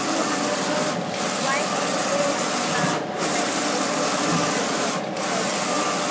جی ہم لوگ کو وائٹ اور یلو مکسنگ دونوں کا چاہئے تھی